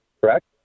correct